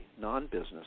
non-business